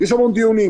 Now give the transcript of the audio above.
יש המון דיונים,